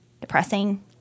depressing